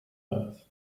earth